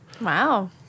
Wow